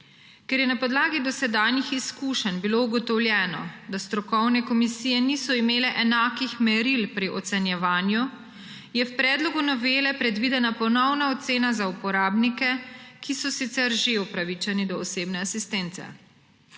Ker je na podlagi dosedanjih izkušenj bilo ugotovljeno, da strokovne komisije niso imele enakih meril pri ocenjevanju, je v predlogu novele predvidena ponovna ocena za uporabnike, ki so sicer že upravičeni do osebne asistence.